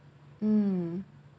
mm